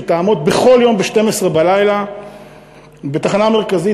שתעמוד בכל יום בחצות בתחנה המרכזית,